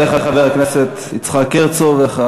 יעלה חבר הכנסת יצחק הרצוג,